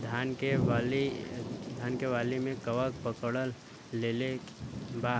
धान के वाली में कवक पकड़ लेले बा